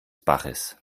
baches